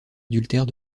adultère